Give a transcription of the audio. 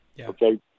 Okay